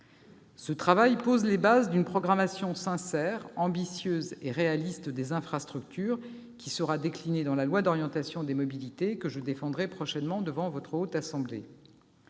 Ce travail pose les bases d'une programmation sincère, ambitieuse et réaliste des infrastructures qui sera déclinée dans le projet de loi d'orientation sur les mobilités que je défendrai prochainement devant la Haute Assemblée.